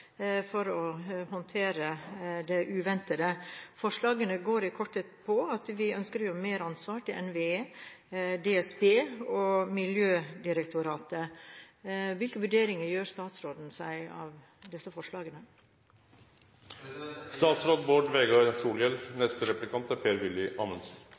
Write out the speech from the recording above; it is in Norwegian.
for å håndtere det uventede. Forslagene går i korthet ut på at vi ønsker å gi meransvar til NVE, DSB og Miljødirektoratet. Hvilke vurderinger gjør statsråden seg av disse forslagene?